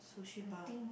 sushi bar